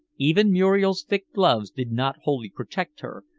even muriel's thick gloves did not wholly protect her,